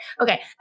Okay